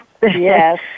Yes